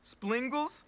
Splingles